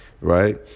right